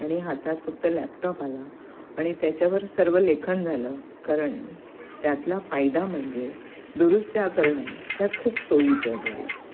आणि हातात फक्त लॅपटॉप आला आणि त्याच्यावर सर्व लेखन झालं कारण त्यातला फायदा म्हणजे दुरुस्त्या करणं त्यात खूप सोयीचं झालं